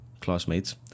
classmates